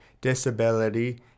disability